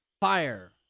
fire